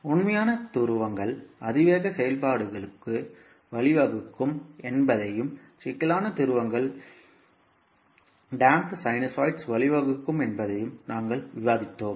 உண்மையான துருவங்கள் அதிவேக செயல்பாடுகளுக்கு வழிவகுக்கும் என்பதையும் சிக்கலான துருவங்கள் ஈரமான சைனாய்டுகளுக்கு வழிவகுக்கும் என்பதையும் நாங்கள் விவாதித்தோம்